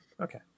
okay